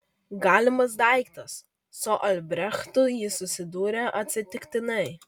galimas daiktas su albrechtu ji susidūrė atsitiktinai